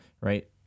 right